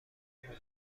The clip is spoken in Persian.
مونده